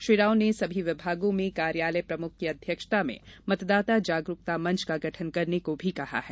श्री राव ने सभी विभागों में कार्यालय प्रमुख की अध्यक्षता में मतदाता जागरूकता मंच का गठन करने को भी कहा है